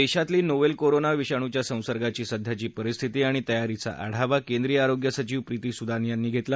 देशातली novel corona विषाणूच्यासंसर्गाची सध्याची परिस्थिती आणि तयारीचा आढावा केंद्रीय आरोग्य सचिव प्रीति सुदानयांनी घेतला